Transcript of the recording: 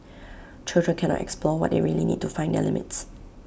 children cannot explore what they really need to find their limits